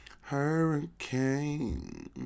Hurricane